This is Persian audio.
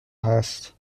هست